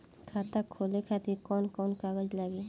खाता खोले खातिर कौन कौन कागज लागी?